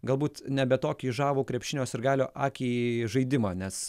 galbūt nebe tokį žavų krepšinio sirgalio akiai žaidimą nes